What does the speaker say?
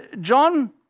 John